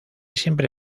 siempre